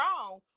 wrong